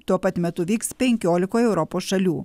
tuo pat metu vyks penkiolikoj europos šalių